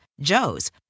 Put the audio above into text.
Joe's